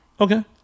Okay